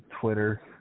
Twitter